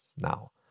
now